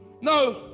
No